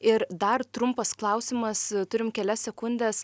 ir dar trumpas klausimas turim kelias sekundes